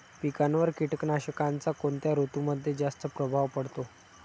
पिकांवर कीटकनाशकांचा कोणत्या ऋतूमध्ये जास्त प्रभाव पडतो?